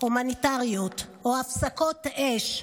הומניטריות או הפסקות אש,